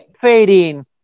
Fading